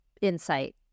insight